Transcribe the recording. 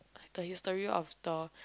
the history of the